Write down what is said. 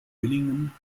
villingen